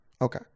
Okay